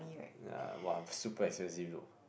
ya but I'm super expensive though